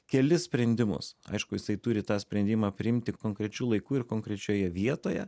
kelis sprendimus aišku jisai turi tą sprendimą priimt tik konkrečiu laiku ir konkrečioje vietoje